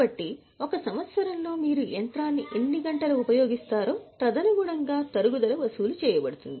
కాబట్టి ఒక సంవత్సరంలో మీరు యంత్రాన్ని ఎన్ని గంటలు ఉపయోగిస్తారో తదనుగుణంగా తరుగుదల వసూలు చేయబడుతుంది